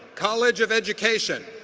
college of education.